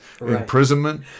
imprisonment